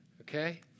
okay